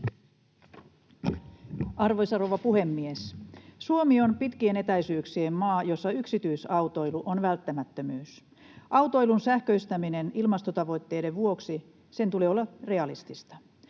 Arvoisa rouva puhemies! Suomi on pitkien etäisyyksien maa, jossa yksityisautoilu on välttämättömyys. Autoilun sähköistämisen ilmastotavoitteiden vuoksi tulee olla realistista.